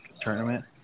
tournament